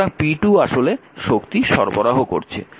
সুতরাং p2 আসলে শক্তি সরবরাহ করছে